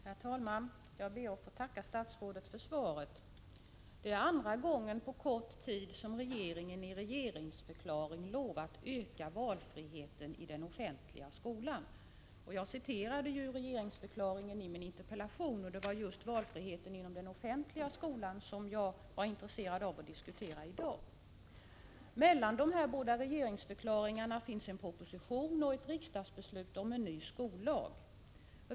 Herr talman! Jag ber att få tacka statsrådet för svaret. Det är andra gången på kort tid som regeringen i regeringsförklaring lovat öka valfriheten i den offentliga skolan. Jag citerade regeringsförklaringen i min interpellation. Det var just valfriheten inom den offentliga skolan som jag var intresserad av att diskutera i dag. Mellan dessa två regeringsförklaringar finns en proposition och ett riksdagsbeslut om en ny skollag.